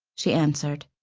she answered.